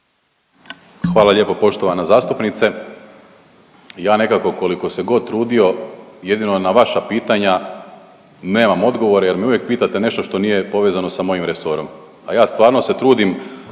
Hvala lijepo poštovana zastupnice. Ja nekako koliko se god trudio jedino na vaša pitanja nemam odgovore jer me uvijek pitate nešto što nije povezano sa mojim resorom, a ja stvarno se trudim